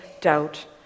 doubt